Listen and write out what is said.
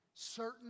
Certain